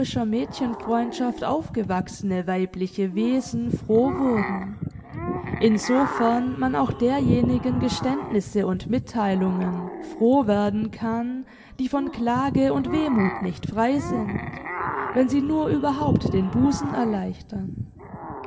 mädchenfreundschaft aufgewachsene weibliche wesen froh wurden in sofern man auch derjenigen geständnisse und mittheilungen froh werden kann die von klage und wehmuth nicht frei sind wenn sie nur überhaupt den busen erleichtern